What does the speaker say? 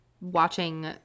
watching